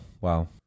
Wow